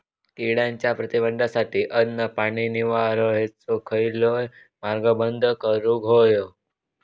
किड्यांच्या प्रतिबंधासाठी अन्न, पाणी, निवारो हेंचो खयलोय मार्ग बंद करुक होयो